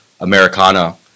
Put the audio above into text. Americana